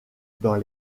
dans